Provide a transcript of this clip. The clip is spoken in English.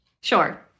Sure